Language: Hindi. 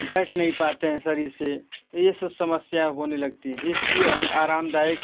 बैठ नहीं पाते हैं शरीर से तो यह सब समस्याएँ होने लगती है तो इसलिए हमें आरामदायक